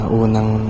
unang